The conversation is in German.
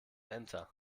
enter